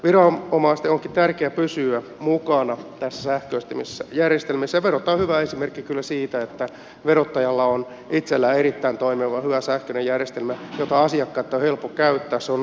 viranomaisten onkin tärkeä pysyä mukana sähköisissä järjestelmissä ja verottaja on hyvä esimerkki kyllä siitä että verottajalla on itsellään erittäin toimiva hyvä sähköinen järjestelmä jota asiakkaitten on helppo käyttää